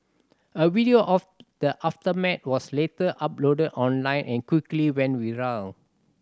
a video of the aftermath was later uploaded online and quickly went viral